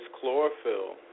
chlorophyll